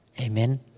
Amen